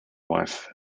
wife